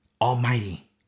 almighty